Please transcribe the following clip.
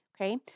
Okay